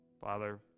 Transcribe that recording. Father